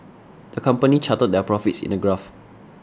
the company charted their profits in the graph